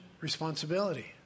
responsibility